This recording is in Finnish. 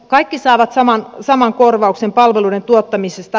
kaikki saavat saman korvauksen palveluiden tuottamisesta